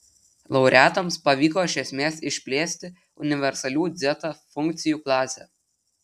laureatams pavyko iš esmės išplėsti universalių dzeta funkcijų klasę